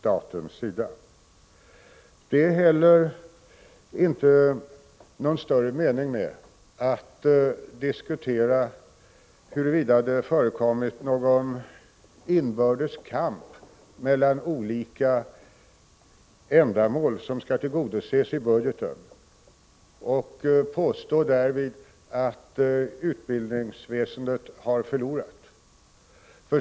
Det är inte heller större mening med att diskutera hurvida det förekommit någon inbördes kamp beträffande olika ändamål som skall tillgodoses i budgeten och därvid påstå att utbildningsväsendet har förlorat.